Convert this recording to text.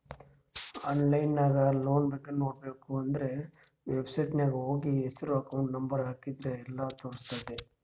online ನಾಗ್ loan ಬಗ್ಗೆ ನೋಡ್ಬೇಕ ಅಂದುರ್ ವೆಬ್ಸೈಟ್ನಾಗ್ ಹೋಗಿ ಹೆಸ್ರು ಅಕೌಂಟ್ ನಂಬರ್ ಹಾಕಿದ್ರ ಎಲ್ಲಾ ತೋರುಸ್ತುದ್